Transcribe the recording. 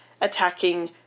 attacking